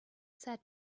said